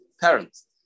parents